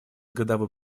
годовой